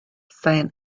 seien